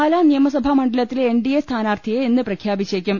പാലാ നിയമസഭാ മണ്ഡലത്തിലെ N D A സ്ഥാനാർത്ഥിയെ ഇന്ന് പ്രഖ്യാപിച്ചേക്കും